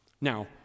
now